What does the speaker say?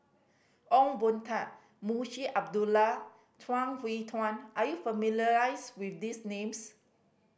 Ong Boon Tat Munshi Abdullah Chuang Hui Tsuan are you with these names